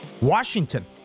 Washington